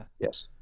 yes